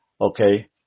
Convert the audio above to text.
okay